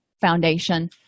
Foundation